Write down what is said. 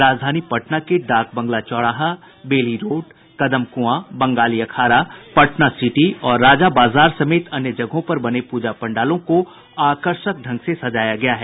राजधानी पटना के डाकबंगला चौराहा Bailey Road Kadam Kuan Bangali Akhara Patna City और राजाबाजार समेत अन्य जगहों पर बने पूजा पंडालों को आकर्षक ढंग से सजाया गया है